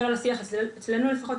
אצלנו לפחות,